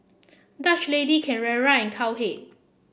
Dutch Lady Carrera rain Cowhead